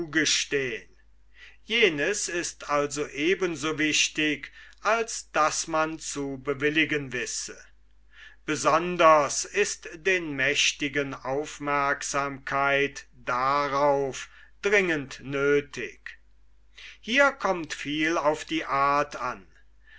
zugestehn jenes ist also ebenso wichtig als daß man zu bewilligen wisse besonders ist den mächtigen aufmerksamkeit darauf dringend nöthig hier kommt viel auf die art an